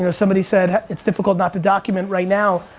you know somebody said it's difficult not to document right now.